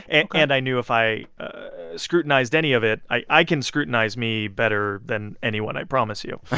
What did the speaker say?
and and i knew if i scrutinized any of it i i can scrutinize me better than anyone. i promise you.